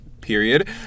period